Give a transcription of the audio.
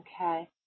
Okay